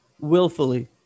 Willfully